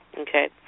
Okay